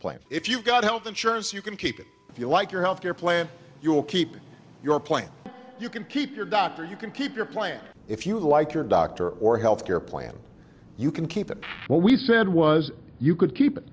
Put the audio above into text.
plate if you've got health insurance you can keep it if you like your health care plan you will keep your point you can keep your doctor you can keep your plan if you like your doctor or health care plan you can keep it what we said was you could keep it